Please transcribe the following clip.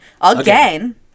again